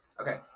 Okay